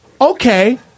Okay